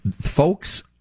Folks